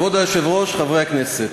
כבוד היושב-ראש, חברי הכנסת,